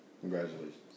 Congratulations